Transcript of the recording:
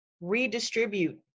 redistribute